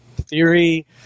theory